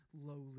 lowly